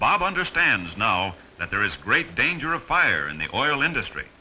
bob understands now that there is great danger of fire in the oil industry